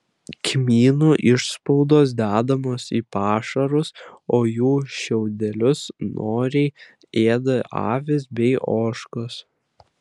kmynų išspaudos dedamos į pašarus o jų šiaudelius noriai ėda avys bei ožkos